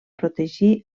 protegir